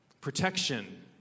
protection